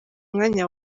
mwanya